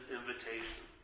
invitation